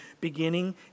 beginning